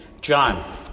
John